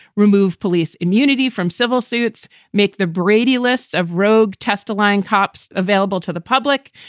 remove police immunity from civil suits. make the brady lists of rogue test aligned cops available to the public.